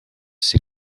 ses